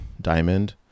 diamond